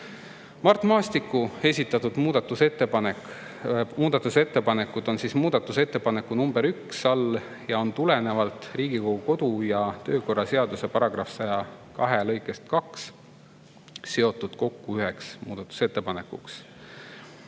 Mart Maastiku esitatud muudatusettepanekud on muudatusettepaneku nr 1 all ning on tulenevalt Riigikogu kodu‑ ja töökorra seaduse § 102 lõikest 2 seotud kokku üheks muudatusettepanekuks.